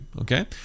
okay